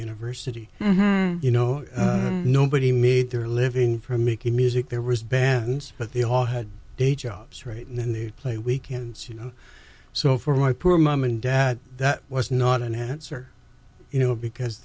university you know nobody made their living from making music there was bands but they all had day jobs right in the play weekends you know so for my poor mom and dad that was not an answer you know because